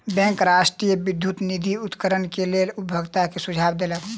bank राष्ट्रीय विद्युत निधि अन्तरण के लेल उपभोगता के सुझाव देलक